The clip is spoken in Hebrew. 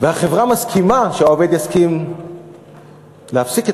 "החברה מסכימה שהעובד יסכים להפסיק את